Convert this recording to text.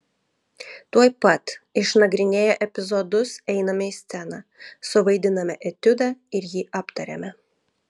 tuoj pat išnagrinėję epizodus einame į sceną suvaidiname etiudą ir jį aptariame